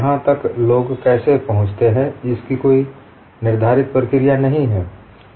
यहाँ तक लोग कैसे पहुंचते हैं इसकी कोई निर्धारित प्रक्रिया नहीं है